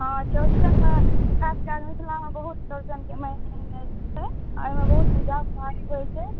हँ चौरचनमे खासकर मिथिलामे चौरचनके बहुत महत्व छै आओर एहिमे बहुत पूजा पाठ होइ छै